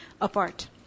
apart